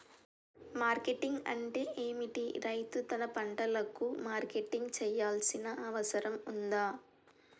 Marketing అంటే ఏమిటి? రైతు తన పంటలకు మార్కెటింగ్ చేయాల్సిన అవసరం ఉందా?